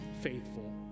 faithful